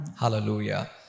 Hallelujah